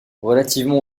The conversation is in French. relativement